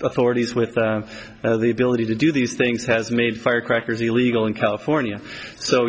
authorities with the ability to do these things has made firecrackers illegal in california so